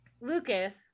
Lucas